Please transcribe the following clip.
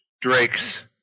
Drake's